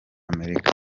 amerika